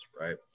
right